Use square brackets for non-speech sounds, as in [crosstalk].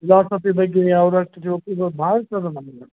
philosophy ಬಗ್ಗೆ [unintelligible] ಭಾಳ ಚೊಲೋ [unintelligible]